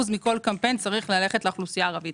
מכל קמפיין צריך ללכת לאוכלוסייה הערבית.